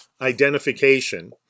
identification